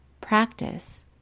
practice